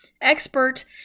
Expert